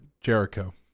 Jericho